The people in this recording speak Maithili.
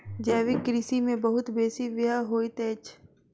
जैविक कृषि में बहुत बेसी व्यय होइत अछि